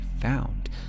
found